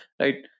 right